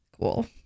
Cool